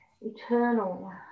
eternal